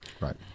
Right